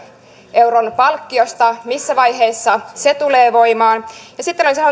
euron palkkiosta missä vaiheessa se tulee voimaan sitten olisin